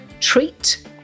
treat